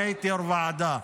אני הייתי יו"ר ועדה,